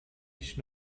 ich